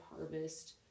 harvest